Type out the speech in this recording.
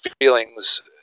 feelings